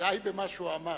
די במה שהוא אמר.